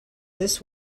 this